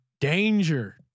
danger